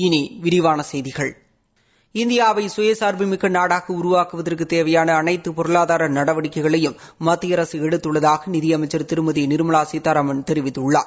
இனி விரிவான செய்திகள் இந்தியாவை சுயசாா்புமிக்க நாடாக உருவாக்குவதற்குத் தேவையான அனைத்து பொருளாதார நடவடிக்கைகளையும் மத்திய அரசு எடுத்துள்ளதாக நிதி அமைச்சர் திருமதி நிர்மலா சீதாராமன் தெரிவித்துள்ளார்